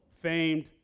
famed